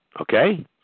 okay